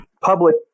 public